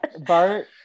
Bart